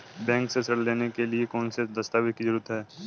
Bank से ऋण लेने के लिए कौन से दस्तावेज की जरूरत है?